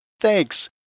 Thanks